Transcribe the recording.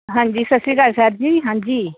ਹਾਂਜੀ ਸਤਿ ਸ਼੍ਰੀ ਅਕਾਲ ਸਰ ਜੀ ਹਾਂਜੀ